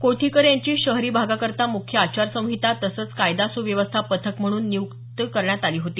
कोठीकर यांची शहरी भागाकरता मुख्य आचारसहिता तसंच कायदा सुव्यवस्था पथक प्रमुख म्हणून नियुक्ती करण्यात आली होती